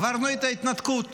עברנו את ההתנתקות.